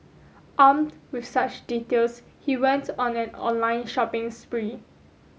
armed with such details he went on an online shopping spree